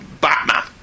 Batman